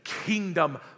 kingdom